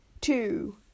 two